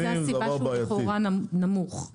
זו הסיבה שהוא לכאורה נמוך.